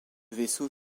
vaisseau